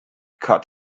cut